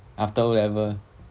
after o levels